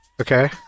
Okay